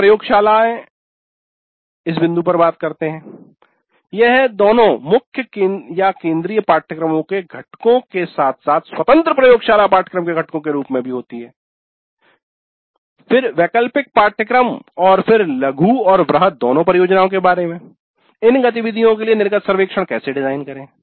अब प्रयोगशालाएँ इस बिंदु पर बात करते है यह दोनों मुख्यकेंद्रिय पाठ्यक्रमों के घटकों के साथ साथ स्वतंत्र प्रयोगशाला पाठ्यक्रमों के घटकों के रूप में होती है फिर वैकल्पिक पाठ्यक्रम और फिर लघु और वृहद दोनों परियोजनाओं के बारे में इन गतिविधियों के लिए निर्गत सर्वेक्षण कैसे डिजाइन करें